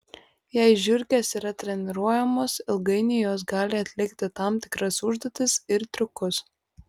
jei žiurkės yra treniruojamos ilgainiui jos gali atlikti tam tikras užduotis ir triukus